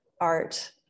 art